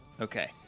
Okay